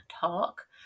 talk